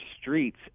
streets